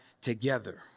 together